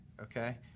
okay